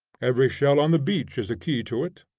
every shell on the beach is a key to it.